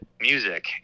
music